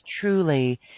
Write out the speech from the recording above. truly